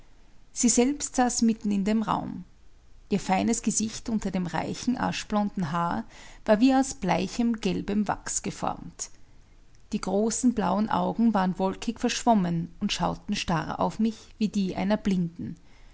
sie selbst saß mitten in dem raum ihr feines gesicht unter dem reichen aschblonden haar war wie aus bleichem gelbem wachs geformt die großen blauen augen waren wolkig verschwommen und schauten starr auf mich wie die einer blinden